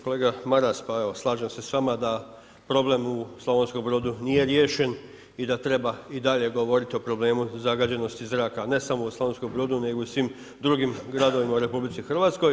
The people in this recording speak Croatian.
Kolega Maras, pa evo slažem se s vama da problem u Slavonskom Brodu nije riješen i da treba i dalje govoriti o problemu zagađenosti zraka, ne samo u Slavonskom Brodu nego i u svim drugim gradovima u RH.